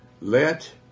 Let